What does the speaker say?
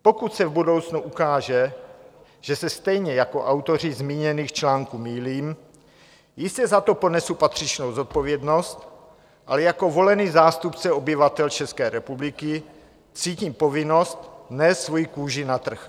Pokud se v budoucnu ukáže, že se stejně jako autoři zmíněných článků mýlím, jistě za to ponesu patřičnou zodpovědnost, ale jako volený zástupce obyvatel České republiky cítím povinnost nést svoji kůži na trh.